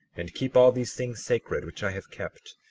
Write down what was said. and keep all these things sacred which i have kept,